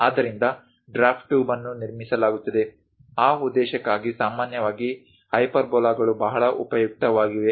ಆದ್ದರಿಂದ draft tube ಅನ್ನು ನಿರ್ಮಿಸಲಾಗುತ್ತದೆ ಆ ಉದ್ದೇಶಕ್ಕಾಗಿ ಸಾಮಾನ್ಯವಾಗಿ ಹೈಪರ್ಬೋಲಾಗಳು ಬಹಳ ಉಪಯುಕ್ತವಾಗಿವೆ